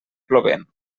plovent